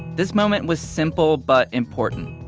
this moment was simple but important.